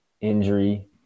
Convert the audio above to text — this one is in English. injury